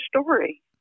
story